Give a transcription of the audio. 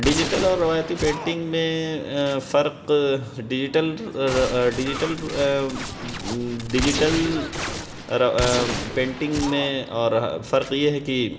digital اور روایتی painting میں ایں فرق ڈیجیٹل آ ڈیجیٹل ڈیجیٹل رو ایں پینٹنگ میں اور فرق یہ ہے کہ